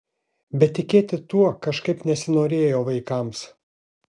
bet tikėti tuo kažkaip nesinorėjo vaikams